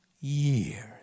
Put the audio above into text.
years